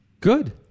Good